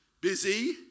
busy